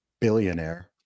billionaire